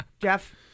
Jeff